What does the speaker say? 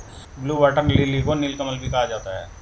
blue water lily को नीलकमल भी कहा जाता है